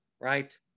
right